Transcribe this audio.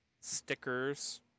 stickers